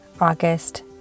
August